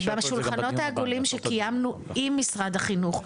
בשולחנות העגולים שקיימנו עם משרד החינוך,